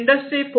industry 4